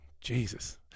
Jesus